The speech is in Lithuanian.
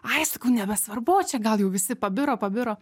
ai sakau nebesvarbu čia gal jau visi pabiro pabiro